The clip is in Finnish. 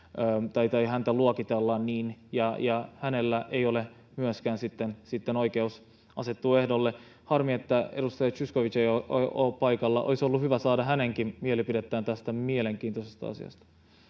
tai tai hänet luokitellaan niin ja ja hänellä ei ole myöskään sitten sitten oikeutta asettua ehdolle harmi että edustaja zyskowicz ei ole paikalla olisi ollut hyvä saada hänenkin mielipiteensä tästä mielenkiintoisesta asiasta